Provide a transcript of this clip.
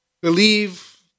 believe